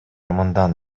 мындан